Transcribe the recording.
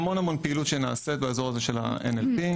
המון-המון פעילות שנעשית באזור הזה של ה-NLP.